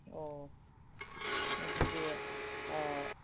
ꯑꯣ ꯑꯗꯨꯗꯤ